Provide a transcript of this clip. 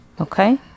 Okay